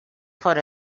put